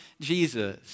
Jesus